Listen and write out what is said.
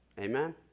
Amen